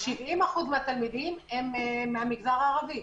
מהמגזר הערבי.